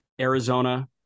Arizona